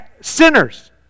sinners